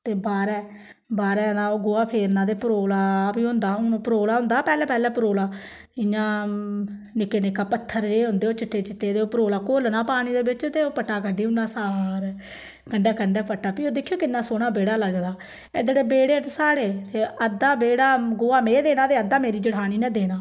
ते बाहरें बाहरै ओह् गोहा फेरना ते परोला बी होंदा हा हुन परोला हुंदा हा पैहले पैहले परोला इयां निक्के निक्का पत्थर जे हुंदे हे ओह् चिट्टे चिट्टे घोलना पानी दे बिच्च ते ओह् पट्टा कड्डी उड़ना सारे कंदै कंदै पट्टा फ्ही ओह् दिक्खेओ किन्ना सौह्ना बेह्ड़ा लगदा एड्डे एड्डे बेह्ड़े स्हाढ़े ते अद्धा बेह्ड़ा गोहा में देना ते अद्धा मेरी जठानी ने देना